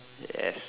yes